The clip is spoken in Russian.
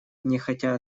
нехотя